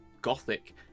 gothic